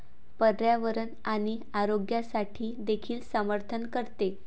पर्यावरण आणि आरोग्यासाठी देखील समर्थन करते